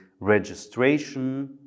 registration